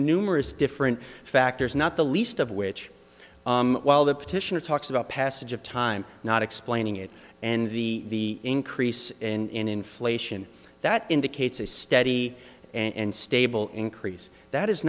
numerous different factors not the least of which while the petitioner talks about passage of time not explaining it and the increase in inflation that indicates a steady and stable increase that is